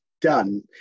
done